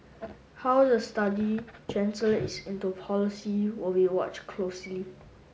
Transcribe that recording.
how the study translates into policy will be watched closely